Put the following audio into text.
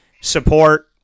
support